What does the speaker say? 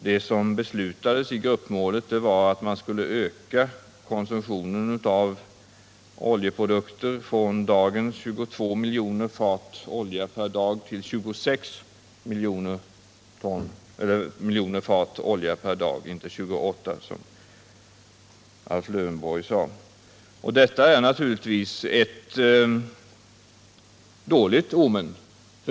Det som beslutades i gruppmålet var, att man skulle öka konsumtionen av oljeprodukter från nu 22 miljoner fat olja per dag till 26 miljoner fat per dag, inte 28 som AIf Lövenborg sade. Detta är naturligtvis ett dåligt omen.